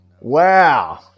Wow